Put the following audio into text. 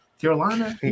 Carolina